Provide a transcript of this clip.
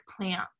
plant